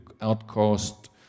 outcast